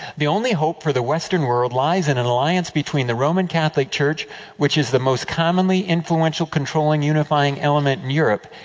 the only hope for the western world lies in an alliance between the roman catholic church which is the most commonly influential, controlling, unifying element in europe,